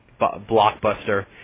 blockbuster